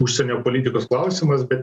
užsienio politikos klausimas bet